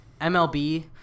mlb